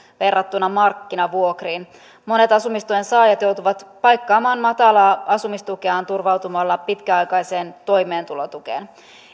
verrattuna markkinavuokriin monet asumistuen saajat joutuvat paikkaamaan matalaa asumistukeaan turvautumalla pitkäaikaiseen toimeentulotukeen